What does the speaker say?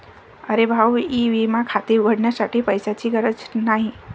अरे भाऊ ई विमा खाते उघडण्यासाठी पैशांची गरज नाही